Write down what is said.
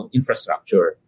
infrastructure